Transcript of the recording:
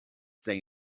they